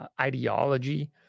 ideology